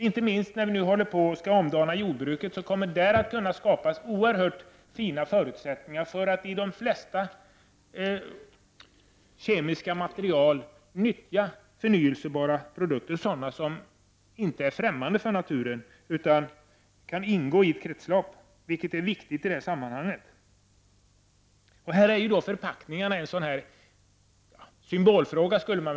Inte minst när jordbruket skall omdanas kommer det där att kunna skapas oerhört fina förutsättningar för att i de flesta kemiska material nyttja förnyelsebara produkter, sådana som inte är främmande för naturen utan som kan ingå i ett kretslopp, vilket är viktigt i detta sammanhang. Förpackningarna är i detta sammanhang en symbolfråga.